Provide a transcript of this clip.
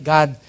God